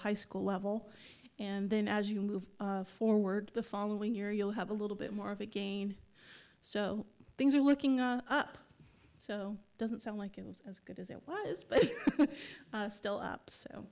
high school level and then as you move forward the following year you'll have a little bit more of a gain so things are looking up so it doesn't sound like it was as good as it was but it's still up so